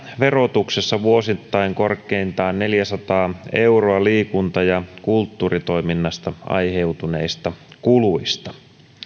verotuksessa vuosittain korkeintaan neljäsataa euroa liikunta ja kulttuuritoiminnasta aiheutuneista kuluista